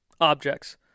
objects